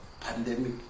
pandemic